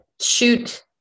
shoot